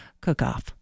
cook-off